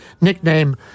nickname